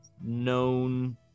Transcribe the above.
known